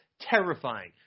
terrifying